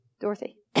Dorothy